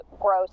gross